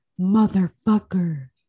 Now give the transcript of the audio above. motherfucker